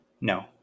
No